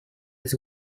his